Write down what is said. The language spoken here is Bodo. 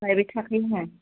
लायबाय थाखायोनो